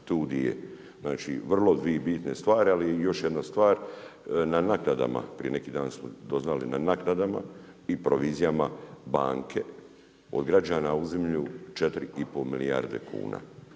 tu di je. Znači vrlo dvi bitne stvari. Ali još jedna stvar. Na naknadama prije neki smo doznali, na naknadama i provizijama banke od građana uzimlju 4 i pol milijarde kuna.